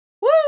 Woo